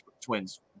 Twins –